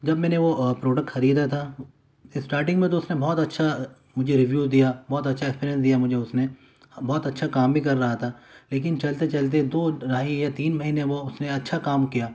جب میں نے وہ پروڈکٹ خریدا تھا اسٹارٹنگ میں تو اس نے بہت اچھا مجھے ریویو دیا بہت اچھا اکسپیریئنس دیا مجھے اس نے بہت اچھا کام بھی کر رہا تھا لیکن چلتے چلتے دو ڈھائی یا تین مہینے وہ اس نے اچھا کام کیا